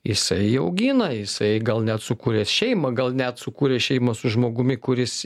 jisai augina jisai gal net sukūręs šeimą gal net sukūrė šeimą su žmogumi kuris